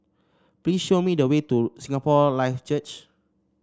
please show me the way to Singapore Life Church